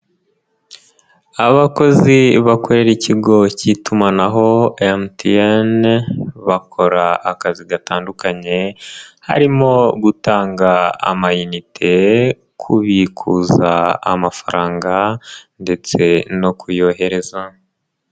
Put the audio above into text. Abakozi bakorera ikigo k'itumanaho Emutiyene, bakora akazi gatandukanye, harimo gutanga amayinite kubikuza amafaranga, ndetse no kuyohereza.